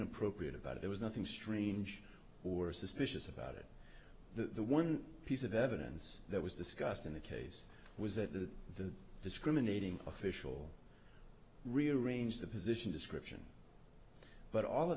inappropriate about it there was nothing strange or suspicious about it the one piece of evidence that was discussed in the case was that the discriminating official rearrange the position description but all